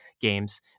games